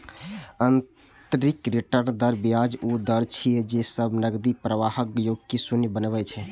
आंतरिक रिटर्न दर ब्याजक ऊ दर छियै, जे सब नकदी प्रवाहक योग कें शून्य बनबै छै